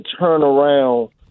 turnaround